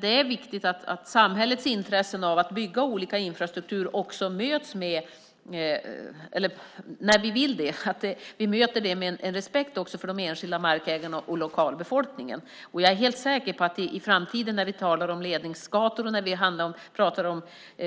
Det är viktigt att vi, när samhället har ett intresse av att bygga olika sorters infrastruktur, också möter det med respekt för de enskilda markägarna och lokalbefolkningen. Jag är helt säker på att när vi i framtiden talar om ledningsgator och